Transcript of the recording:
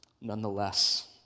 nonetheless